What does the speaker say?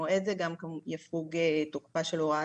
וזה לאחר אישורכם כמובן ובמועד זה גם יפוג תוקפה של הוראת